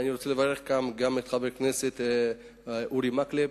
אני רוצה לברך כאן גם את חבר הכנסת אורי מקלב,